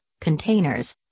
containers